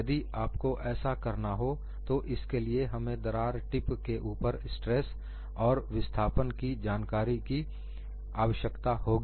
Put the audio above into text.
यदि आपको ऐसा करना हो तो इसके लिए हमें दरार टिप के ऊपर स्ट्रेस तथा विस्थापन क्षेत्र की जानकारी की आवश्यकता होगी